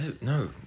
No